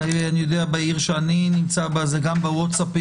אני יודע שבעיר שאני נמצא בה זה גם בוואטסאפ,